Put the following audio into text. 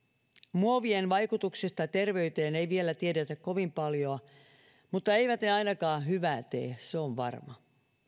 muovien vaikutuksista terveyteen ei vielä tiedetä kovin paljoa mutta eivät ne ainakaan hyvää tee se on varma